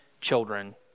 children